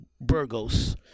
Burgos